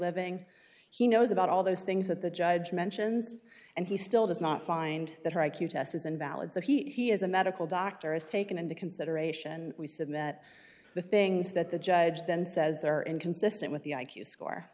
living he knows about all those things that the judge mentions and he still does not find that her i q test is invalid so he has a medical doctor is taken into consideration we said that the things that the judge then says are inconsistent with the i q score